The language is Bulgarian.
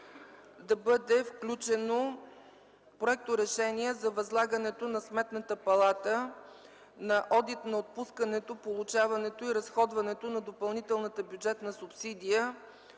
да бъде включено Проекторешение за възлагането на Сметната палата на одит на отпускането, получаването и разходването на допълнителната бюджетна субсидия